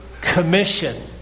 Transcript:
Commission